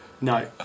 No